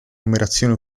numerazione